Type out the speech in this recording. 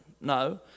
No